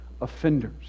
offenders